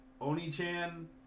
oni-chan